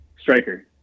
Striker